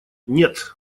нет